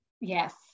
Yes